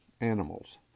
Animals